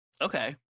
Okay